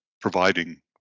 providing